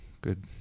Good